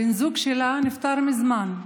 בן הזוג שלה נפטר מזמן.